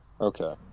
Okay